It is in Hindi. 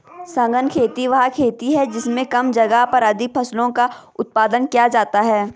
सघन खेती वह खेती है जिसमें कम जगह पर अधिक फसलों का उत्पादन किया जाता है